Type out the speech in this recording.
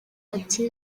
ati